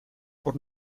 por